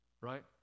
right